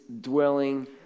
dwelling